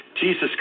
Jesus